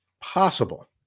possible